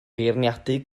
feirniadu